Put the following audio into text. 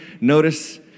notice